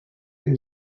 que